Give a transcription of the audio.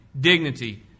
dignity